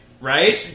Right